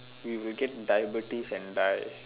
we will get diabetes and die